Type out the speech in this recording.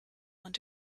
want